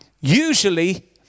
usually